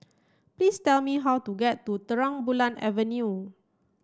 please tell me how to get to Terang Bulan Avenue